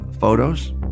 Photos